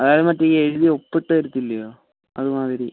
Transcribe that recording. അതായത് മറ്റേ ഈ എഴുതി ഒപ്പിട്ട് തരത്തില്ലയോ അതുമാതിരി